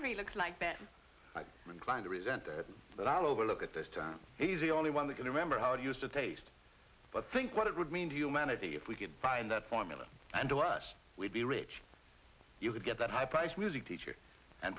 he looks like that i inclined to resent it but i'll overlook at this time he's the only one that can remember how it used to taste but think what it would mean to humanity if we could find that formula and do us we'd be rich you could get that high priced music teacher and